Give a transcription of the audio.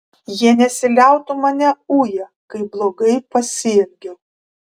jie nesiliautų mane uję kaip blogai pasielgiau